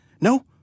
No